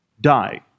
die